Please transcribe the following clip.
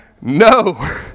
No